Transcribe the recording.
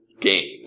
game